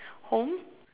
home